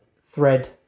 thread